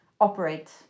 operate